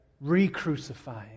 re-crucifying